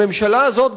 הממשלה הזאת,